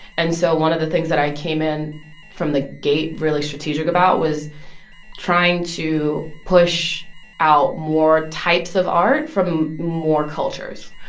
and so one of the things that i came in from the gate really strategic about was trying to push out more types of art from more cultures,